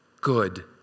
good